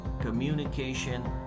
communication